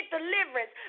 deliverance